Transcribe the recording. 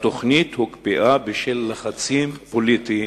התוכנית הוקפאה בשל לחצים פוליטיים,